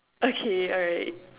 okay alright